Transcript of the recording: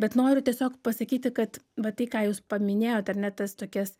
bet noriu tiesiog pasakyti kad va tai ką jūs paminėjot ar ne tas tokias